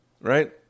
right